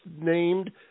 named